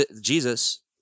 Jesus